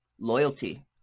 loyalty